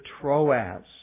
Troas